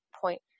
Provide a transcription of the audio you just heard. point